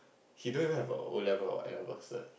he don't even have a O-level or N-level cert